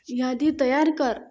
यादी तयार कर